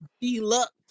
Deluxe